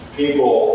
people